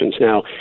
Now